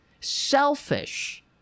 selfish